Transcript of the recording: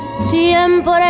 siempre